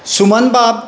सुमनबाब